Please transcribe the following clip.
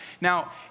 Now